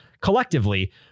collectively